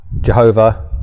Jehovah